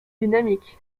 dynamiques